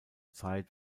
zeit